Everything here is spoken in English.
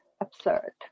absurd